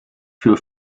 für